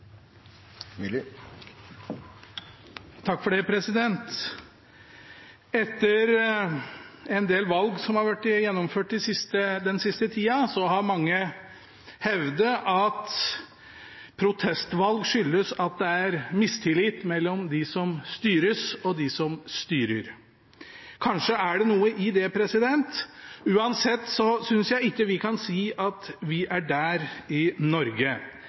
Etter en del valg som har vært gjennomført den siste tida, har mange hevdet at protestvalg skyldes at det er mistillit mellom dem som styres, og dem som styrer. Kanskje er det noe i det. Uansett synes jeg ikke vi kan si at vi er der i Norge.